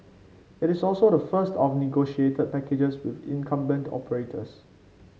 it is also the first of negotiated packages with incumbent operators